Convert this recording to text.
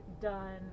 done